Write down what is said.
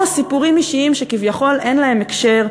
או סיפורים אישיים שכביכול אין להם הקשר,